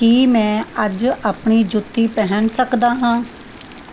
ਕੀ ਮੈਂ ਅੱਜ ਆਪਣੀ ਜੁੱਤੀ ਪਹਿਨ ਸਕਦਾ ਹਾਂ